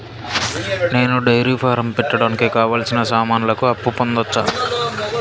నేను dairy farm పెట్టడానికి కావాల్సిన సామాన్లకు అప్పు పొందొచ్చా?